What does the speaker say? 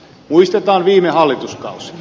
muistetaan viime hallituskausi